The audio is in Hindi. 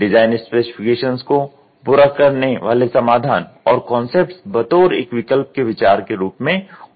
डिजाइन स्पेसिफिकेशन्स को पूरा करने वाले समाधान और कॉन्सेप्ट्स बतौर एक विकल्प के विचार के रूप में उत्पन्न की जाती हैं